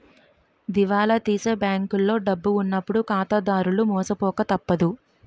దివాలా తీసే బ్యాంకులో డబ్బు ఉన్నప్పుడు ఖాతాదారులు మోసపోక తప్పదు